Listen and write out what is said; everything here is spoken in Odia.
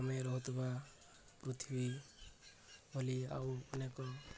ଆମେ ରହୁଥିବା ପୃଥିବୀ ଭଳି ଆଉ ଅନେକ